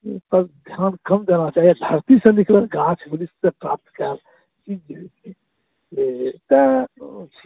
ध्यान कम देना चाही आ धरतीसँ निकलल गाछ वृक्षसँ प्राप्त कयल चीज तऽ